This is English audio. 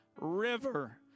river